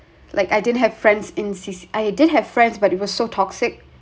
like I didn't have friends insists I did have friends but it was so toxic